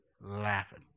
laughing